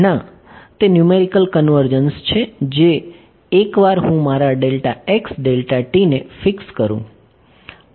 ના તે numerical convergence છે જે એકવાર હું મારા ને ફિક્સ કરું